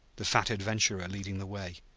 the fat adventurer leading the way,